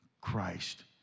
Christ